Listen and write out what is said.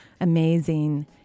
amazing